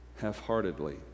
half-heartedly